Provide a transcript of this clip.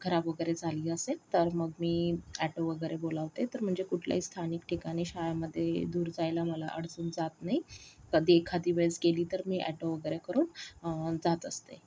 खराब वगैरे झाली असेल तर मग मी अॅटो वगैरे बोलावते तर म्हणजे कुठल्याही स्थानिक ठिकाणी शाळेमध्ये दूर जायला मला अडचण जात नाही कधी एखादे वेळेस गेली तर मी अॅटो वगैरे करून जात असते